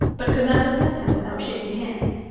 but could not dismiss him without shaking hands.